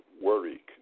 worry